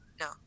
No